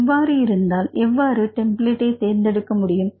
இவ்வாறு இருந்தால் எவ்வாறு டெம்ப்ளேட்டை தேர்ந்தெடுக்க முடியும்